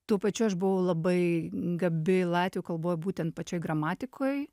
tuo pačiu aš buvau labai gabi latvių kalboj būtent pačioj gramatikoj